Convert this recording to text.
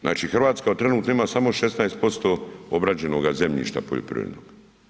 Znači Hrvatska trenutno ima samo 16% obrađenoga zemljišta poljoprivrednog.